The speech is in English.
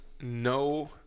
no